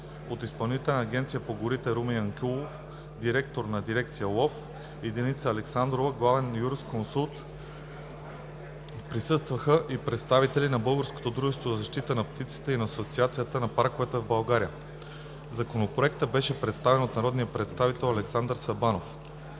от Изпълнителната агенция по горите: Румен Янкулов – директор на дирекция „Лов“, и Деница Александрова – главен юрисконсулт. Присъстваха и представители на Българското дружество за защита на птиците и на Асоциацията на парковете в България. Законопроектът беше представен от народния представител Александър Сабанов.